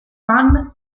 fan